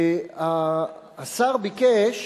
השר ביקש